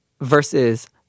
versus